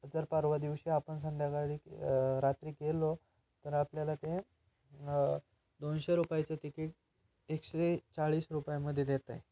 जर परवा दिवशी आपण संध्याकाळी रात्री गेलो तर आपल्याला ते दोनशे रुपयांचं तिकीट एकशे चाळीस रुपयांमध्ये देत आहे